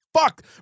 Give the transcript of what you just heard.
fuck